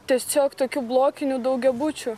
tiesiog tokių blokinių daugiabučių